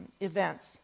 events